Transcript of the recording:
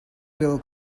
will